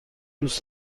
دوست